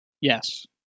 Yes